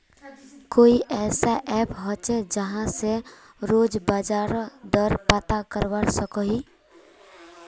कोई ऐसा ऐप होचे जहा से रोज बाजार दर पता करवा सकोहो ही?